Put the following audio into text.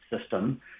system